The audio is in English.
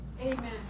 Amen